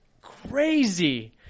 crazy